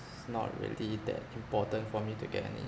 it's not really that important for me to get any